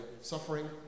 suffering